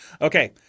Okay